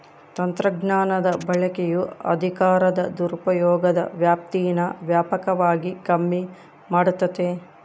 ತಂತ್ರಜ್ಞಾನದ ಬಳಕೆಯು ಅಧಿಕಾರದ ದುರುಪಯೋಗದ ವ್ಯಾಪ್ತೀನಾ ವ್ಯಾಪಕವಾಗಿ ಕಮ್ಮಿ ಮಾಡ್ತತೆ